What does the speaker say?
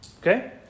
Okay